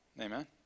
Amen